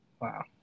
Wow